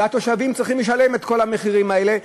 והתושבים צריכים לשלם את כל המחירים האלה.